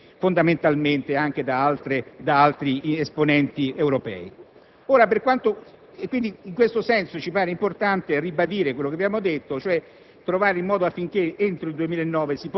fondamentalmente, in diversi modi, anche da altri esponenti europei. In questo senso ci pare importante ribadire quello che abbiamo detto, cioè